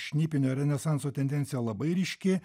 šnipinio renesanso tendencija labai ryški